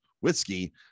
whiskey